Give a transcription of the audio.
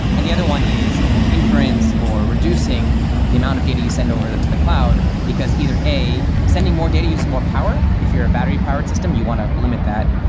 and the other one is inference, or reducing the amount of data you send over to the cloud, because either a, sending more data uses more power. if you're a battery-powered system, you want to limit that.